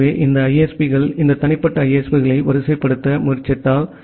எனவே இந்த ISP க்கள் இந்த தனிப்பட்ட ISP களை வரிசைப்படுத்த முயற்சித்தால்